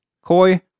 koi